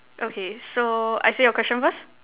okay so I say your question first